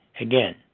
Again